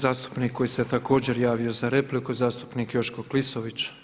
Zastupnik koji se također javio za repliku je zastupnik Joško Klisović.